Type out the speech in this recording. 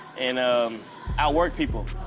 and um outwork people.